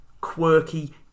quirky